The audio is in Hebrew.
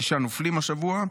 שישה נופלים השבוע.